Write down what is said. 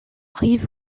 rive